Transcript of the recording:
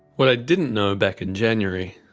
what i didn't know back in january,